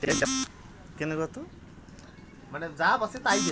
শালগাম হসে আক ধরণের সবজি যটো মাটির নিচে হই